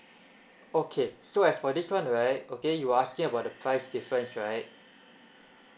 okay so as for this one right okay you are asking about the price difference right